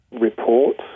report